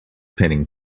pinning